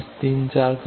S34